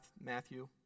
Matthew